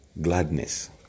Gladness